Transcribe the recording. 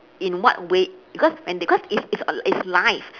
in what way because when they cause it's it's it's live